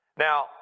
Now